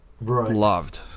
loved